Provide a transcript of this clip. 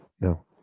No